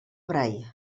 brai